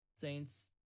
Saints